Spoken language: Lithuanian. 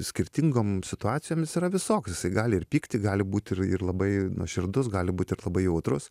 skirtingom situacijom is yra visoks isai gali ir pykti gali būt ir ir labai nuoširdus gali būt ir labai jautrus